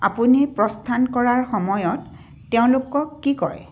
আপুনি প্ৰস্থান কৰাৰ সময়ত তেওঁলোকক কি কয়